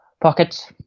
pockets